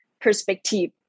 perspective